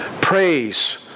Praise